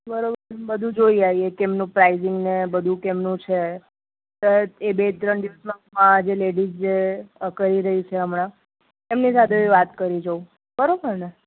બરાબર છે બધું જોઈ આવીે કેમનું પ્રાઇસિન્ગ ને બધું કેમનું છે એ બે ત્રણ દિવસમાં જે લેડીસ જે કરી રહી છે હમણાં એમની સાથે બી વાત કરી જોઉં બરાબર ને